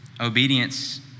Obedience